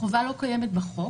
החובה לא קיימת בחוק.